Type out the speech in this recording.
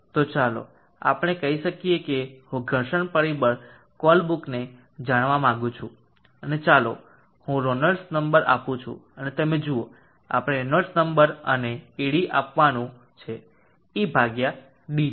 તો ચાલો આપણે કહી શકીએ કે હું ઘર્ષણ પરિબળ કોલબ્રૂકને જાણવા માંગુ છું અને ચાલો હું રેનોલ્ડ્સ નંબર આપું અને તમે જુઓ આપણે રેનોલ્ડ્સ નંબર અને ed આપવાનું છે eભાગ્યા d છે